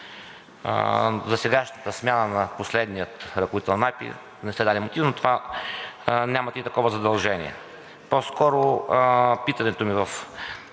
За сегашната смяна на последния ръководител на АПИ не сте дали мотив, но за това нямате и такова задължение. По-скоро питането ми в